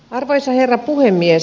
arvoisa herra puhemies